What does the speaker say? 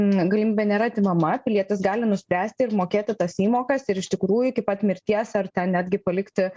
galimybė nėra atimama pilietis gali nuspręsti ir mokėti tas įmokas ir iš tikrųjų iki pat mirties ar ten netgi palikti